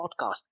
podcast